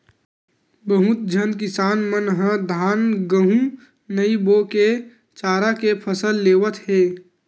बहुत झन किसान मन ह धान, गहूँ नइ बो के चारा के फसल लेवत हे